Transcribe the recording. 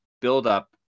buildup